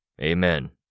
Amen